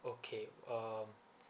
okay um